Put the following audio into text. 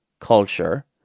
culture